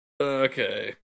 Okay